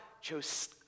...chose